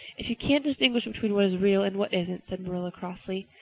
if you can't distinguish between what is real and what isn't, said marilla crossly.